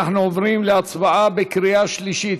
אנחנו עוברים להצבעה בקריאה שלישית.